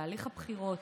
להליך הבחירות,